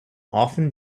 often